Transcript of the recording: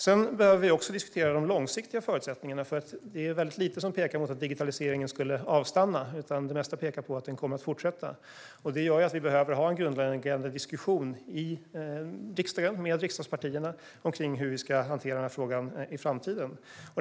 Vi behöver också diskutera de långsiktiga förutsättningarna, för det är väldigt lite som pekar mot att digitaliseringen skulle avstanna. Det mesta pekar mot att den kommer att fortsätta, och det gör att vi behöver ha en grundläggande diskussion i riksdagen och med riksdagspartierna om hur vi ska hantera frågan i framtiden.